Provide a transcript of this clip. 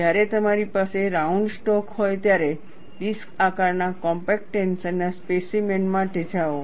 જ્યારે તમારી પાસે રાઉન્ડ સ્ટોક હોય ત્યારે ડિસ્ક આકારના કોમ્પેક્ટ ટેન્શનના સ્પેસીમેન માટે જાઓ